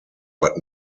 but